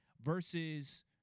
versus